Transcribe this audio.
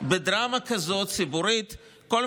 בדרמה ציבורית כזאת,